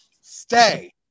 Stay